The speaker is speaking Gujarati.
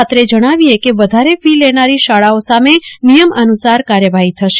અત્રે જણાવીએ કે ફી લેનારી શાળાઓ સામે નિયમોનુસાર કાર્યવાહી થશ